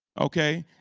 ok?